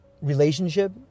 relationship